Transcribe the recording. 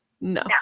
No